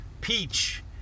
peach